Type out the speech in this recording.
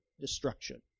destruction